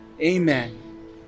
amen